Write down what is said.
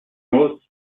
most